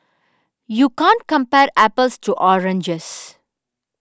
you can't compare apples to oranges